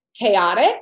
chaotic